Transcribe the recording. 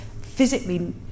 physically